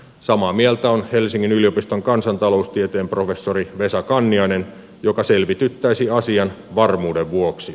samaa mieltä on helsingin yliopiston kansantaloustieteen professori vesa kanniainen joka selvityttäisi asian varmuuden vuoksi